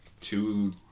two